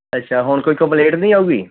ਅੱਛਾ ਹੁਣ ਕੋਈ ਕੰਪਲੇਂਟ ਨਹੀਂ ਆਉਗੀ